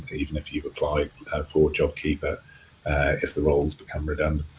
ah even if you've applied for jobkeeper if the role has become redundant.